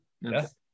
Yes